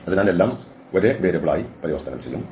അതിനാൽ എല്ലാം ഒരേ വേരിയബിളായി പരിവർത്തനം ചെയ്യും